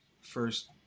first